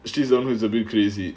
she always a bit crazy